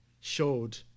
showed